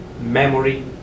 memory